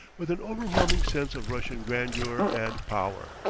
with an overwhelming sense of russian grandeur and power.